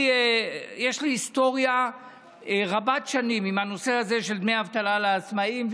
יש לי היסטוריה רבת שנים עם הנושא הזה של דמי אבטלה לעצמאים,